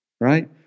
right